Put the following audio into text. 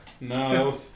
No